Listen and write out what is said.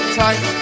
tight